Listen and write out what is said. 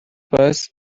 was